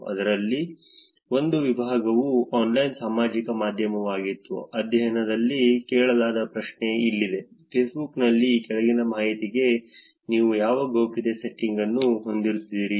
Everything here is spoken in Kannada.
ಅದರಲ್ಲಿ ಒಂದು ವಿಭಾಗವು ಆನ್ಲೈನ್ ಸಾಮಾಜಿಕ ಮಾಧ್ಯಮವಾಗಿತ್ತು ಅಧ್ಯಯನದಲ್ಲಿ ಕೇಳಲಾದ ಪ್ರಶ್ನೆ ಇಲ್ಲಿದೆ ಫೇಸ್ಬುಕ್ನಲ್ಲಿ ಈ ಕೆಳಗಿನ ಮಾಹಿತಿಗಾಗಿ ನೀವು ಯಾವ ಗೌಪ್ಯತೆ ಸೆಟ್ಟಿಂಗ್ಗಳನ್ನು ಹೊಂದಿದ್ದೀರಿ